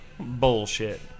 Bullshit